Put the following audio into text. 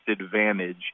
advantage